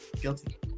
guilty